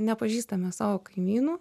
nepažįstame savo kaimynų